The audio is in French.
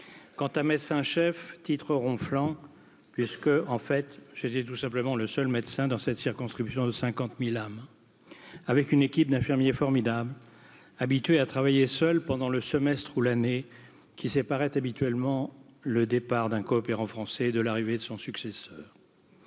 quant à médecin chef titre ronflant puisque en fait j'étais tout simplement le seul médecin dans cette circonscription de cinquante mille âmes avec une équipe d'infirmiers formidables habitué à travailler seul pendant le semestre ou l'année qui séparait habituellement le départ d'un coopérant français de l'arrivée de son successeur